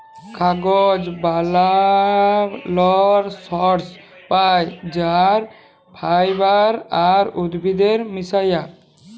কাগজ বালালর সর্স পাই যাই ফাইবার আর উদ্ভিদের মিশায়া